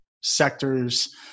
sectors